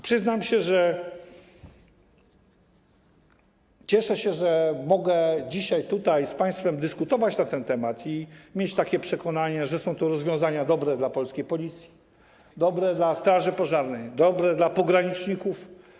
Przyznam, że cieszę się, że mogę dzisiaj tutaj z państwem dyskutować na ten temat, mając przekonanie, że są to rozwiązania dobre dla polskiej Policji, dobre dla Straży Pożarnej, dobre dla pograniczników.